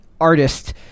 artist